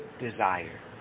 desire